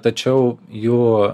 tačiau jų